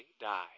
die